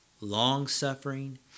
long-suffering